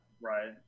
right